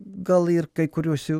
gal ir kai kuriuos jau